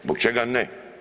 Zbog čega ne?